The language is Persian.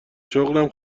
شغلم